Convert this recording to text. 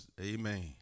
Amen